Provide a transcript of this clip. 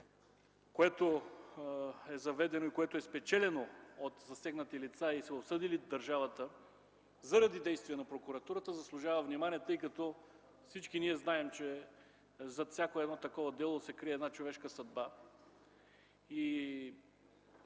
което е заведено и е спечелено от засегнати лица и са осъдили държавата заради действия на прокуратурата, заслужава внимание, тъй като всички знаем, че зад всяко такова дело се крие човешка съдба.